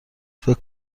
فکر